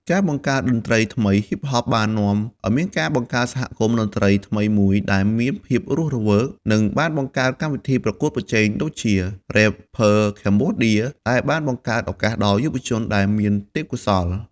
ការបង្កើតសហគមន៍តន្ត្រីថ្មី ហ៊ីបហប បាននាំឱ្យមានការបង្កើតសហគមន៍តន្ត្រីថ្មីមួយដែលមានភាពរស់រវើក និងបានបង្កើតកម្មវិធីប្រកួតប្រជែងដូចជា រ៉េបភើខេបូឌៀរ ដែលបានផ្តល់ឱកាសដល់យុវជនដែលមានទេពកោសល្យ។